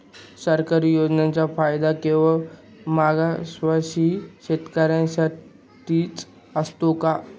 सरकारी योजनांचा फायदा केवळ मागासवर्गीय शेतकऱ्यांसाठीच असतो का?